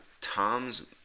Tom's